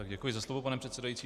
Děkuji za slovo, pane předsedající.